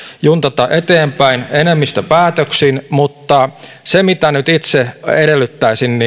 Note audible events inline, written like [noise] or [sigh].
juntata eteenpäin enemmistöpäätöksin mutta se mitä nyt itse vähintään edellyttäisin [unintelligible]